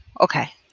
okay